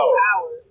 power